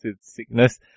sickness